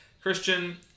Christian